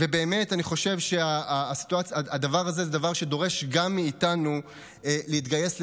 באמת אני חושב שהדבר הזה הוא דבר שדורש גם מאיתנו להתגייס למענם.